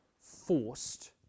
forced